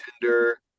Tinder